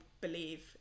believe